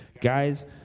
Guys